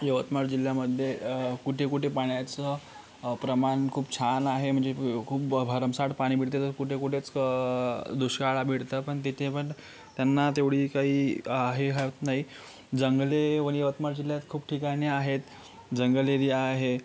यवतमाळ जिल्ह्यामध्ये कुठे कुठे पाण्याचं प्रमाण खूप छान आहे म्हणजे खूप भरमसाठ पाणी मिळते तर कुठे कुठेच दुष्काळा भिडतं पण तिथे पण त्यांना तेवढी काहीे हे होत नाहीे जंगले वण यवतमाळ जिल्ह्यात खूप ठिकाणी आहेत जंगल एरिया आहे